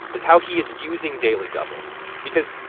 is how he is using daily doubles because,